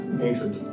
Ancient